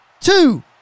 two